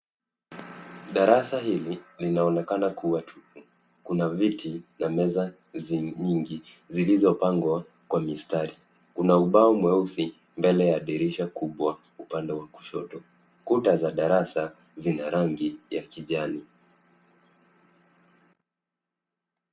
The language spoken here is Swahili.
Darasa hili linaonekana kuwa tupu. Kuna viti na meza nyingi zilizopangwa kwa mistari. Kuna ubao mweusi mbele ya dirisha kubwa upande wa kushoto. Kuta za darasa zina rangi ya kijani.